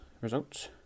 results